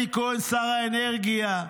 אלי כהן, שר האנרגיה,